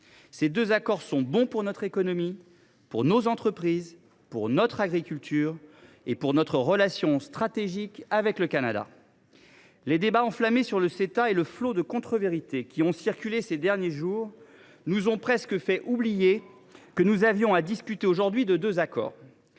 ces deux accords sont bons pour notre économie, pour nos entreprises, pour notre agriculture et pour notre relation stratégique avec le Canada. Les débats enflammés sur le Ceta et le flot de contrevérités qui ont circulé ces derniers jours nous ont presque fait oublier que nous avions à discuter aujourd’hui de deux accords.